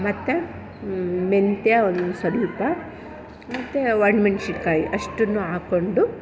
ಮತ್ತು ಮೆಂತ್ಯ ಒಂದು ಸ್ವಲ್ಪ ಮತ್ತು ಒಣಮೆಣ್ಸಿನ್ಕಾಯಿ ಅಷ್ಟನ್ನೂ ಹಾಕ್ಕೊಂಡು